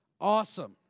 Awesome